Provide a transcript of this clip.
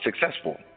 successful